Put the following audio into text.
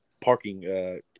parking